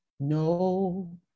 no